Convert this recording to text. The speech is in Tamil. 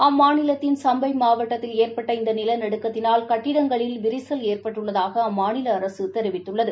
அம்மாநிலத்தின் சம்பை மாவட்டத்தில் ஏ ற்பட்ட இந்த நிலந்டுக்கத்தினால் வி ாி ச ல ் ஏ ற் பட்டடுள்ளதாக அம்மாநில அரசு தொிவித்துள்ளது